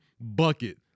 bucket